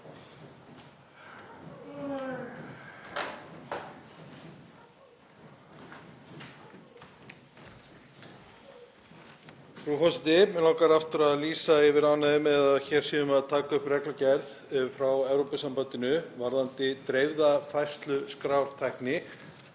Frú forseti. Mig langar aftur að lýsa yfir ánægju með að hér séum við að taka upp reglugerð frá Evrópusambandinu varðandi dreifða færsluskrártækni.